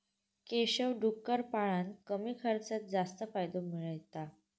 केशव डुक्कर पाळान कमी खर्चात जास्त फायदो मिळयता